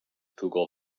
google